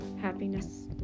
happiness